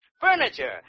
Furniture